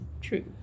True